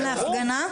להפגנה?